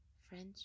French